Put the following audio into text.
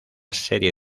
serie